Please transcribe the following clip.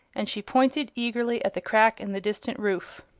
and she pointed eagerly at the crack in the distant roof.